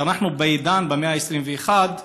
כשאנחנו בעידן המאה ה-21,